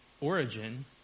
origin